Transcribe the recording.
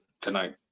tonight